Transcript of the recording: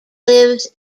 lives